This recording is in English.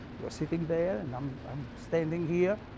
you are sitting there, and um i'm standing here,